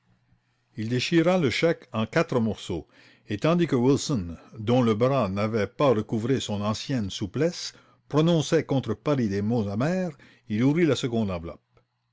il déchira le chèque en quatre morceaux et tandis que wilson dont le bras n'avait pas recouvré son ancienne souplesse prononçait contre paris des mots amers il ouvrit la seconde enveloppe